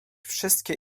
wszystkie